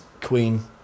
Queen